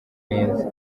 neza